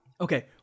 Okay